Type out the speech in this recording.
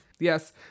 Yes